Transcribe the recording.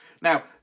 Now